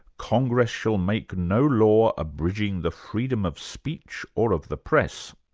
congress shall make no law abridging the freedom of speech, or of the press.